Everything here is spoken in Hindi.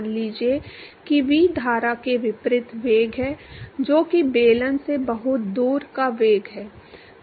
मान लीजिए कि V धारा के विपरीत वेग है जो कि बेलन से बहुत दूर का वेग है